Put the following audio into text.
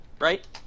right